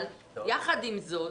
אבל יחד עם זאת,